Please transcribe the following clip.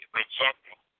rejecting